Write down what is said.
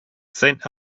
saint